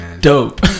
dope